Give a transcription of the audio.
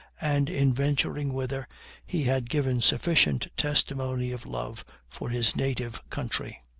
and in venturing whither he had given sufficient testimony of love for his native country.